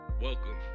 Welcome